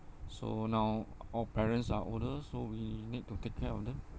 so now our parents are older so we need to take care of them